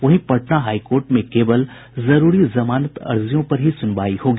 वहीं Patna high court में केवल जरूरी जमानत अर्जियों पर ही सुनवाई होगी